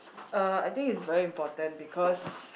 uh I think it's very important because